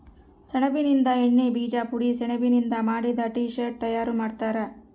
ಸೆಣಬಿನಿಂದ ಎಣ್ಣೆ ಬೀಜ ಪುಡಿ ಸೆಣಬಿನಿಂದ ಮಾಡಿದ ಟೀ ಶರ್ಟ್ ತಯಾರು ಮಾಡ್ತಾರ